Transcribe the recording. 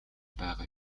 байгаа